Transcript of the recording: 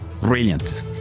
Brilliant